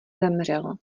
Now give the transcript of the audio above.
zemřel